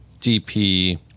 DP